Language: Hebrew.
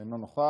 אינו נוכח,